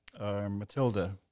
Matilda